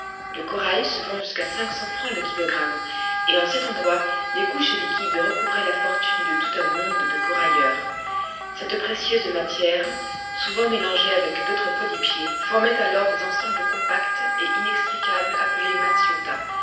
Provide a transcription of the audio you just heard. le corail se vend jusqu'à cinq cents francs le kilogramme et en cet endroit les couches liquides recouvraient la fortune de tout un monde de corailleurs cette précieuse matière souvent mélangée avec d'autres polypiers formait alors des ensembles compacts et inextricables appelés macciota